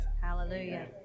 Hallelujah